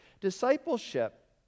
discipleship